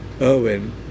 Irwin